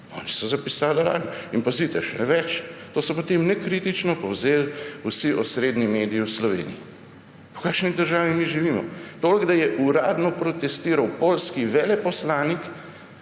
oni so zapisali, da lažem. In, pazite, še več, to so potem nekritično povzeli vsi osrednji mediji v Sloveniji. V kakšni državi mi živimo? Toliko, da je uradno protestiral poljski veleposlanik,